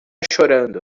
chorando